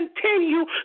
continue